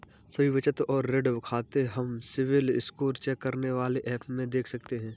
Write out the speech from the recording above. सभी बचत और ऋण खाते हम सिबिल स्कोर चेक करने वाले एप में देख सकते है